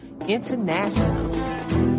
international